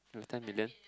ten million